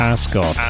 Ascot